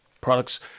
products